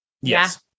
yes